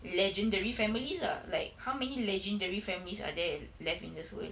legendary families ah like how many legendary families are there left in this world